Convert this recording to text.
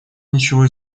ничего